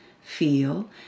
feel